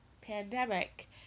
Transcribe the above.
pandemic